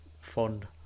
fond